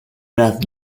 brad